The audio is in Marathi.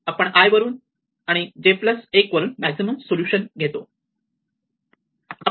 आपण i वरून आणि j प्लस 1 वरून मॅक्झिमम सोल्युशन घेतो